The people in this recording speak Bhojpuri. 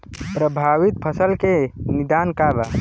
प्रभावित फसल के निदान का बा?